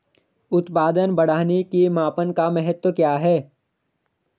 उत्पादन बढ़ाने के मापन का महत्व क्या है?